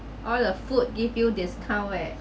all the food give you discount leh